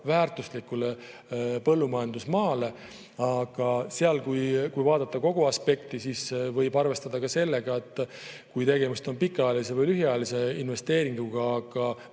väärtuslikul põllumajandusmaal. Kui vaadata kogu aspekti, siis võib arvestada ka sellega, kas tegemist on pikaajalise või lühiajalise investeeringuga. Ma